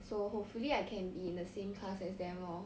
so hopefully I can be in the same class as them lor